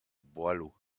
boileau